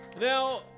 Now